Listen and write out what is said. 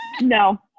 No